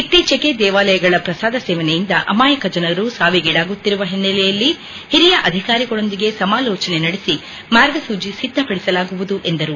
ಇತ್ತೀಚೆಗೆ ದೇವಾಲಯಗಳ ಪ್ರಸಾದ ಸೇವನೆಯಿಂದ ಅಮಾಯಕ ಜನರು ಸಾವಿಗೀಡಾಗುತ್ತಿರುವ ಹಿನ್ನೆಲೆಯಲ್ಲಿ ಹಿರಿಯ ಅಧಿಕಾರಿಗಳೊಂದಿಗೆ ಸಮಾಲೋಚನೆ ನಡೆಸಿ ಮಾರ್ಗಸೂಚಿ ಸಿದ್ದಪದಿಸಲಾಗುವುದು ಎಂದರು